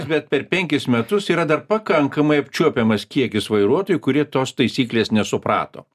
bet per penkis metus yra dar pakankamai apčiuopiamas kiekis vairuotojų kurie tos taisyklės nesuprato